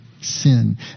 sin